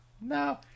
No